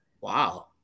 Wow